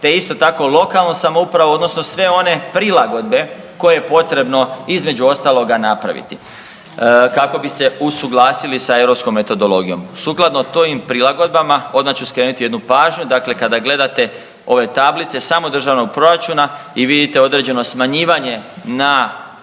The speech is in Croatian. te isto tako lokalnu samoupravu odnosno sve one prilagodbe koje je potrebno između ostaloga napraviti kako bi se usuglasili sa europskom metodologijom. Sukladno tim prilagodbama odmah ću skrenuti jednu pažnju, dakle kada gledate ove tablice samo državnog proračuna i vidite određeno smanjivanje na